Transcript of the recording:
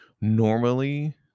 Normally